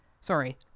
Sorry